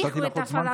האריכו את הפעלתו,